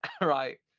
Right